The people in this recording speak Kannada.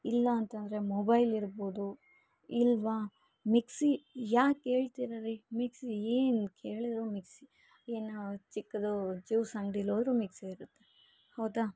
ಇಲ್ಲ ಅಂತಂದರೆ ಮೊಬೈಲ್ ಇರ್ಬೊದು ಇಲ್ವ ಮಿಕ್ಸಿ ಯಾಕೆ ಹೇಳ್ತಿರ ರೀ ಮಿಕ್ಸಿ ಏನ್ ಕೇಳಿದರೂ ಮಿಕ್ಸಿ ಇನ್ನೂ ಚಿಕ್ಕದು ಜ್ಯೂಸ್ ಅಂಗಡಿಲೋದ್ರು ಮಿಕ್ಸಿ ಇರುತ್ತೆ ಹೌದಾ